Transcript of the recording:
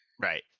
Right